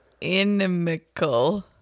Inimical